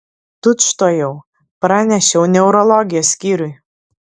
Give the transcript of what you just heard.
tučtuojau pranešiau neurologijos skyriui